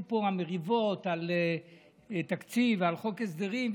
פה המריבות על תקציב ועל חוק הסדרים,